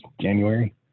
january